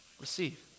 receive